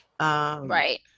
Right